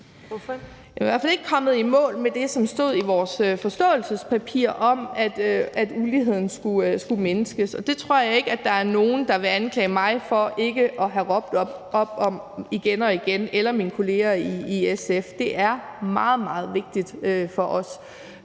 Man er i hvert fald ikke kommet i mål med det, som stod i vores forståelsespapir, om, at uligheden skulle mindskes, og det tror jeg ikke der er nogen der vil anklage mig eller mine kolleger i SF for ikke at have råbt op om igen og igen. Det er meget, meget vigtigt for os.